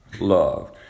love